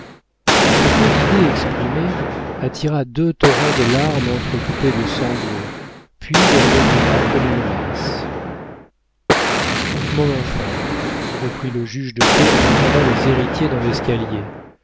ce peu d'idées exprimées attira deux torrents de larmes entrecoupées de sanglots puis elle retomba comme une masse mon enfant reprit le juge de paix en entendant les héritiers dans l'escalier